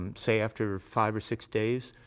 and say after five or six days,